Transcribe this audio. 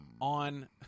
on